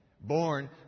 born